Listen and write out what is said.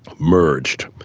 merged,